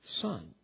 son